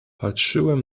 patrzyłem